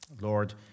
Lord